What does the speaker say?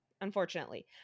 unfortunately